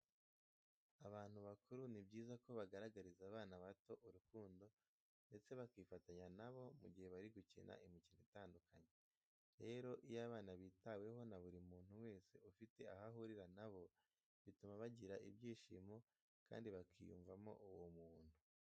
Abantu bakuru ni byiza ko bagaragariza abana bato urukundo ndetse bakifatanya na bo mu gihe bari gukina imikino itandukanye. Rero iyo abana bitaweho na buri muntu wese ufite aho ahurira na bo, bituma bagira ibyishimo kandi bakiyumvamo uwo muntu.